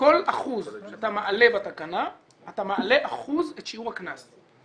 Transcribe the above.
כל אחוז שאתה מעלה בתקנה אתה מעלה אחוז את שיעור הקנס,